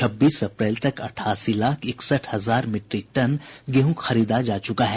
छब्बीस अप्रैल तक अठासी लाख इकसठ हजार मीट्रिक टन गेहूं खरीदा जा चुका है